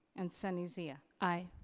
and sunny zia? aye.